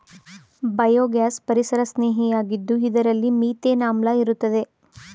biogas ಪರಿಸರಸ್ನೇಹಿಯಾಗಿದ್ದು ಇದರಲ್ಲಿ methane ಆಮ್ಲ ಇರುತ್ತದೆ